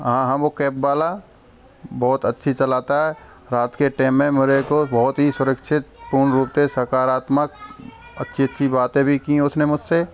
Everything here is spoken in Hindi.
हाँ हाँ वो कैब बाला बहुत अच्छी चलाता है रात के टैम में मेरे को बहुत ही सुरक्षित पूर्ण रूप से सकारात्मक अच्छी अच्छी बातें भी की उसने मुझसे